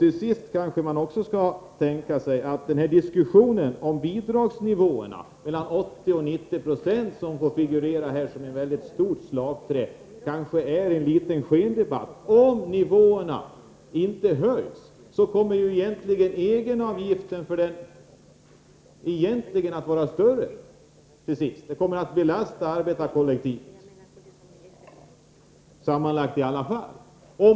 Till sist kanske man kan fråga sig om inte diskussionen om de bidragsnivåer på mellan 80 och 90 96 som har figurerat här såsom ett stort slagträ kanske är en liten skendebatt. Om nivåerna inte höjs, kommer ju egenavgifterna egentligen att bli större. De kommer att belasta arbetarkollektivet i alla fall.